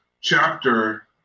chapter